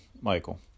Michael